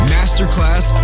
Masterclass